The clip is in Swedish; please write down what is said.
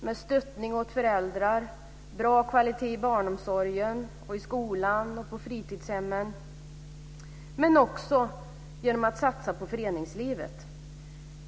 Man kan stötta föräldrar, ha bra kvalitet i barnomsorgen, i skolan och på fritidshemmen, men också satsa på föreningslivet.